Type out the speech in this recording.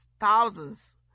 thousands